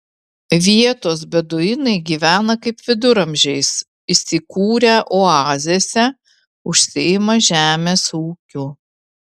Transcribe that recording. vietos beduinai gyvena kaip viduramžiais įsikūrę oazėse užsiima žemės ūkiu